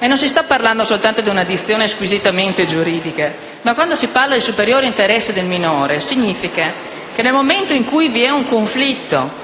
e non si sta parlando soltanto di una dizione squisitamente giuridica perché «superiore interesse del minore» significa che nel momento in cui vi è un conflitto